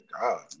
God